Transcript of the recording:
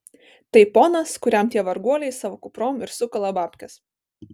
tai ponas kuriam tie varguoliai savo kuprom ir sukala babkes